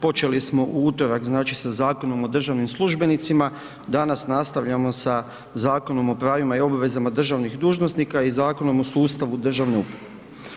Počeli smo u utorak sa Zakonom o državnim službenicima, danas nastavljamo sa Zakonom o pravima i obvezama državnih dužnosnika i Zakonom o sustavu državne uprave.